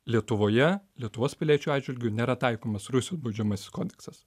lietuvoje lietuvos piliečių atžvilgiu nėra taikomas rusų baudžiamasis kodeksas